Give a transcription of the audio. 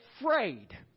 afraid